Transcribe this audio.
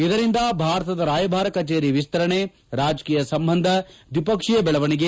ಇದರಿಂದ ಭಾರತದ ರಾಯಬಾರ ಕಚೇರಿ ವಿಸ್ತರಣೆ ರಾಜಕೀಯ ಸಂಬಂಧ ದ್ವಿ ಪಕ್ಷೀಯ ಬೆಳವಣಿಗೆ